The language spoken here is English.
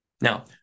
Now